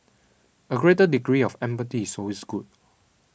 a greater degree of empathy is always good